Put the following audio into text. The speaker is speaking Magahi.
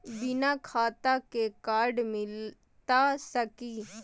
बिना खाता के कार्ड मिलता सकी?